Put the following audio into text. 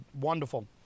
wonderful